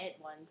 one